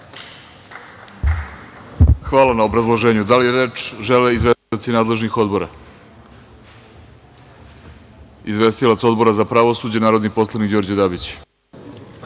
Hvala na obrazloženju. Da li reč žele izvestioci nadležnih odbora? Reč ima izvestilac Odbora za pravosuđe narodni poslanik Đorđe